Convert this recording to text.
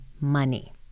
money